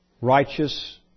righteous